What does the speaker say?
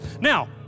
Now